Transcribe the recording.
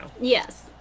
yes